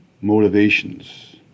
Motivations